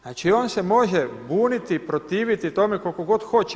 Znači, on se može buniti, protiviti tome koliko god hoće.